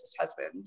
husband